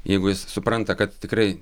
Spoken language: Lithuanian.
jeigu jis supranta kad tikrai